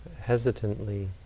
Hesitantly